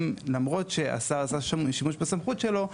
למרות שהשר עשה שימוש בסמכות שלו,